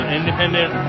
independent